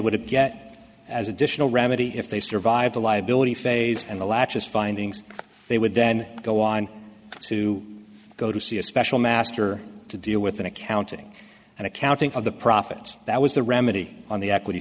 would have to get as additional remedy if they survive the liability phase and the latches findings they would then go on to go to see a special master to deal with an accounting and accounting of the profits that was the remedy on the equity